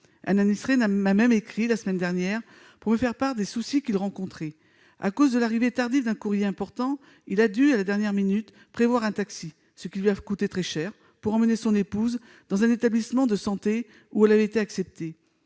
Un administré m'a même écrit, la semaine dernière, pour me faire part des soucis qu'il rencontrait : à cause de l'arrivée tardive d'un courrier important, il a dû, à la dernière minute, commander un taxi, ce qui lui a coûté très cher, pour emmener son épouse dans un établissement de santé où elle avait été acceptée.